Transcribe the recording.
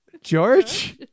George